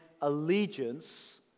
allegiance